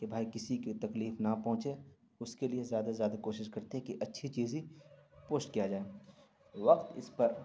کہ بھائی کسی کے تکلیف نہ پہنچے اس کے لیے زیادہ سے زیادہ کوشش کرتے ہیں کہ اچھی چیز ہی پوسٹ کیا جائے وقت اس پر